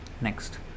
Next